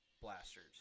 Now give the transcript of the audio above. blasters